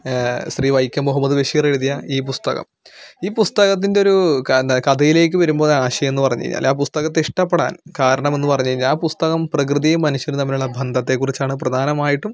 ശ്രീ വൈക്കം മുഹമ്മദ് ബഷീർ എഴുതിയ ഈ പുസ്തകം ഇ പുസ്തകത്തിന്റെ ഒരു കഥ കഥയിലേക്ക് വരുമ്പോൾ അത് ആശയം എന്ന് പറഞ്ഞുകഴിഞ്ഞാല് ആ പുസ്തകത്തെ ഇഷ്ടപ്പെടാൻ കാരണമെന്നു പറഞ്ഞു കഴിഞ്ഞാൽ ആ പുസ്തകം പ്രകൃതിയും മനുഷ്യനും തമ്മിലുള്ള ബന്ധത്തെക്കുറിച്ചാണ് പ്രധാനമായിട്ടും